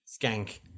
Skank